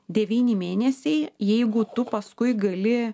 devyni mėnesiai jeigu tu paskui gali